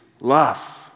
love